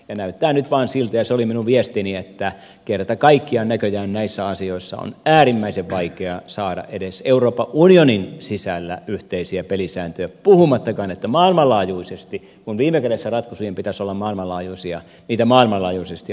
näyttää nyt vain siltä ja se oli minun viestini että kerta kaikkiaan näköjään näissä asioissa on äärimmäisen vaikeaa saada edes euroopan unionin sisällä yhteisiä pelisääntöjä puhumattakaan että maailmanlaajuisesti viime kädessä ratkaisujen pitäisi olla maailmanlaajuisia niitä maailmanlaajuisesti aikaansaataisiin